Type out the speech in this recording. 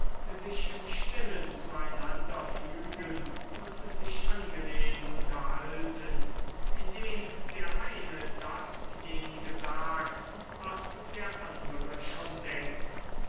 sich im stillen zueinander fügen und sich angenehm unterhalten indem der eine dasjenige sagt was der andere schon denkt